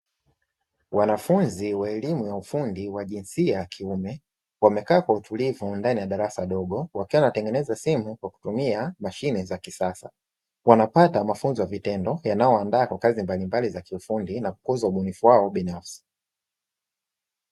Wanafunzi wa elimu ya ufundi wa jinsia ya kiume wamekaa kwa utulivu ndani ya darasa dogo, wakiwa wanatengeneza simu kwa kutumia mashine za kisasa. Wanapata mafunzo ya vitendo yanayowandaa kwa kazi mbalimbali za kiufundi na kukuza ubunifu wao binafsi.